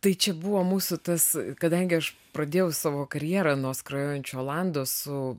tai čia buvo mūsų tas kadangi aš pradėjau savo karjerą nuo skrajojančio olando su